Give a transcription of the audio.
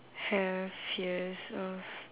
have years of